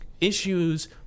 issues